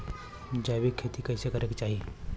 जैविक खेती कइसे करे के चाही?